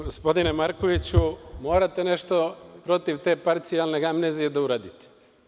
Gospodine Markoviću, morate nešto protiv te parcijalne amnezije da uradite.